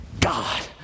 God